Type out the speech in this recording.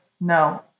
no